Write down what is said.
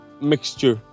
mixture